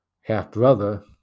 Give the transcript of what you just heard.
half-brother